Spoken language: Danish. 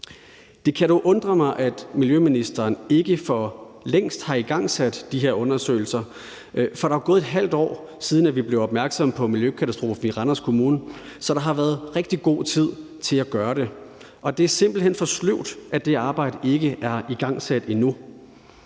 Det kan dog undre mig, at miljøministeren ikke for længst har igangsat de her undersøgelser, for der er jo gået et halvt år, siden vi blev opmærksomme på miljøkatastrofen i Randers Kommune. Så der har været rigtig god tid til at gøre det, og det er simpelt hen for sløvt, at det arbejde ikke er igangsat endnu.